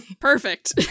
Perfect